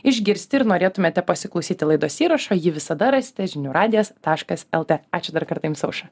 išgirsti ir norėtumėte pasiklausyti laidos įrašą ji visada rasite žinių radijas taškas eltė ačiū dar kartą jums aušra